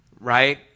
right